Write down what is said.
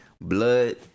blood